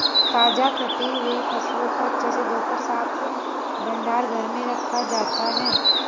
ताजा कटी हुई फसलों को अच्छे से धोकर साफ भंडार घर में रखा जाता है